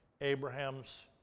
Abraham's